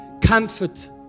comfort